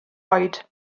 oed